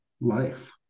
life